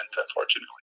unfortunately